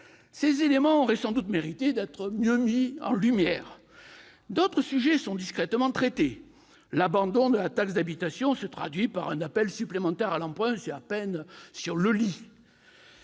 Ces éléments auraient sans doute mérité d'être mieux mis en lumière. D'autres sujets sont discrètement traités : l'abandon de la taxe d'habitation se traduit par un appel supplémentaire à l'emprunt ; la reprise de la